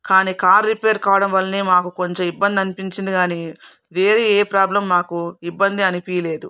కానీ car repair కావడం వల్లనే మాకు కొంచెం ఇబ్బంది అనిపించింది కానీ వేరే ఏ ప్రాబ్లం మాకు ఇబ్బంది అనిపించలేదు